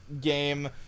game